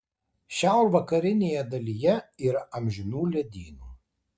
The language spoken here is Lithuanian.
šiaurvakarinėje dalyje yra amžinų ledynų